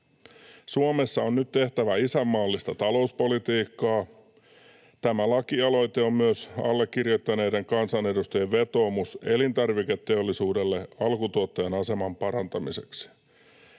Suomessa on nyt tehtävä isänmaallista talouspolitiikkaa, ja tämä lakialoite on myös allekirjoittaneiden kansanedustajien vetoomus elintarviketeollisuudelle alkutuottajan aseman parantamiseksi.